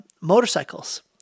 motorcycles